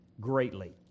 greatly